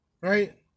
Right